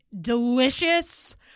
delicious